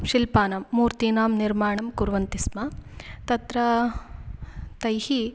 शिल्पानां मूर्तीनां निर्माणं कुर्वन्ति स्म तत्र तैः